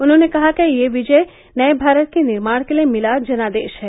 उन्होंने कहा कि यह विजय नये भारत के निर्माण के लिए मिला जनादेश है